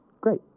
Great